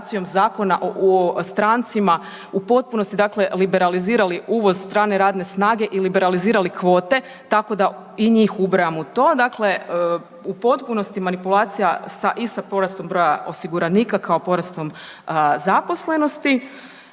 Zakona o strancima u potpunosti liberalizirali uvoz strane radne snage i liberalizirali kvote tako da i njih ubrajamo u to. Dakle, u potpunosti manipulacija i sa porastom broja osiguranika kao porastom zaposlenosti.